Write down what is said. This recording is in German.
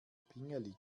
pingelig